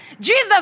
Jesus